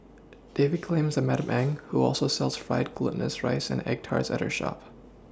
David claims that Madam Eng who also sells fried Glutinous rice and egg Tarts at her shop